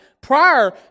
prior